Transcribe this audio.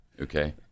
Okay